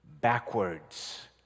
backwards